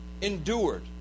endured